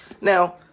Now